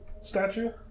statue